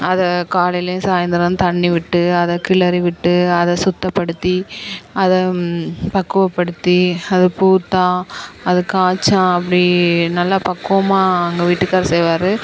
அத காலையிலையும் சாயந்தரம் தண்ணி விட்டு அதை கிளறிவிட்டு அதை சுத்தப்படுத்தி அதை பக்குவப்படுத்தி அது பூத்தா அது காய்ச்சா அப்படி நல்ல பக்குவமாக எங்கள் வீட்டுக்காரரு செய்வார்